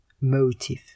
motive